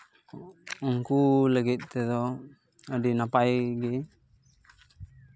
ᱩᱱᱠᱩ ᱞᱟᱹᱜᱤᱫ ᱛᱮᱫᱚ ᱟᱹᱰᱤ ᱱᱟᱯᱟᱭ ᱜᱮ